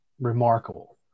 remarkable